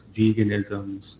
veganisms